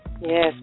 Yes